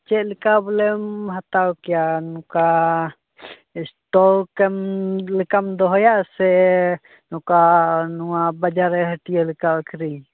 ᱪᱮᱫᱞᱮᱠᱟ ᱵᱚᱞᱮᱢ ᱦᱟᱛᱣ ᱠᱮᱭᱟ ᱱᱚᱠᱟ ᱥᱴᱚᱠᱮᱢ ᱞᱮᱠᱟᱢ ᱫᱚᱦᱚᱭᱟ ᱥᱮ ᱱᱚᱠᱟ ᱱᱚᱣᱟ ᱵᱟᱡᱟᱨ ᱨᱮ ᱦᱟᱹᱴᱭᱟᱹ ᱞᱮᱠᱟᱢ ᱟᱹᱠᱷᱨᱤᱧᱟ